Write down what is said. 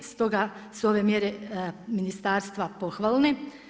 Stoga su ove mjere ministarstva pohvalne.